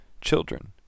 children